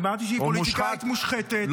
אמרתי שהיא פוליטיקאית מושחתת שלקחה שוחד.